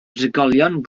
drigolion